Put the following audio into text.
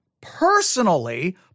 personally